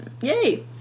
Yay